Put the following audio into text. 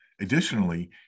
Additionally